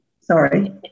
sorry